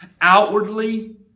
Outwardly